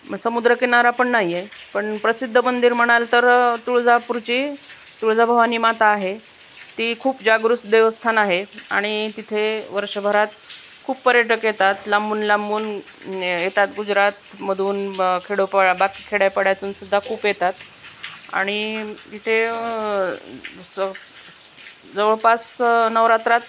मग समुद्रकिनारा पण नाही आहे पण प्रसिद्ध मंदिर म्हणाल तर तुळजापूरची तुळजा भवानी माता आहे ती खूप जागरूस देवस्थान आहे आणि तिथे वर्षभरात खूप पर्यटक येतात लांबून लांबून येतात गुजरात मधून खेडोपा बाकी खेड्यापाड्यातून सुद्धा खूप येतात आणि तिथे स जवळपास नवरात्रात